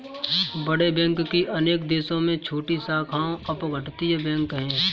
बड़े बैंक की अनेक देशों में छोटी शाखाओं अपतटीय बैंक है